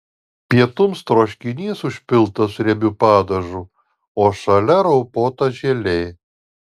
pietums troškinys užpiltas riebiu padažu o šalia raupuota želė